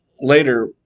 later